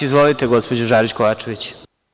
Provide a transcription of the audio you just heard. Izvolite gospođo Žarić Kovačević.